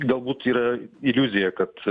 galbūt yra iliuzija kad